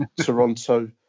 Toronto